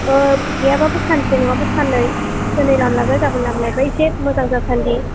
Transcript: गैयाबाबो सानसे नङाबा साननै दिनै लामलायबाय गाबोन लामलायबाय एसे मोजां जासान्दि